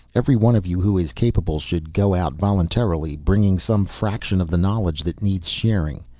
every one of you who is capable should go out voluntarily, bringing some fraction of the knowledge that needs sharing.